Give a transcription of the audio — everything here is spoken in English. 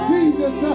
Jesus